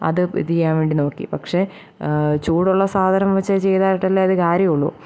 അത് ഇത് ചെയ്യാൻ വേണ്ടി നോക്കി പക്ഷേ ചൂടുള്ള സാധനം വെച്ചത് ചെയ്തിട്ടല്ലേ അതു കാര്യമുള്ളൂ